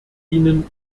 ihnen